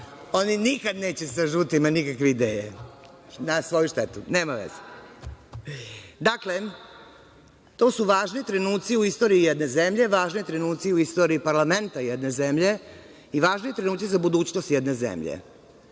Oni nikad neće sa žutima nikakve ideje, na svoju štetu, ali nema veze. Dakle, to su važni trenuci u istoriji jedne zemlje, važni trenuci u istoriji parlamenta jedna zemlje i važni trenuci za budućnost jedne zemlje.